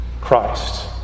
Christ